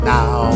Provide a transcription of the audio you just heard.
Now